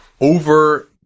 Over